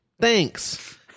Thanks